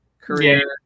career